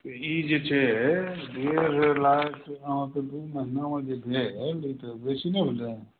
ई जे छै डेढ़ लाख अहाँकेँ दू महिनामे जे भेल जे बेसी नहि भेलै